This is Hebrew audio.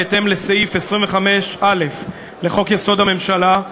בהתאם לסעיף 25(א) לחוק-יסוד: הממשלה,